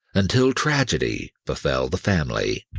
until tragedy befell the family.